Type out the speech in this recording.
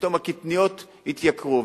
פתאום הקטניות התייקרו,